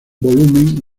volumen